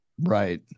right